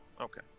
Okay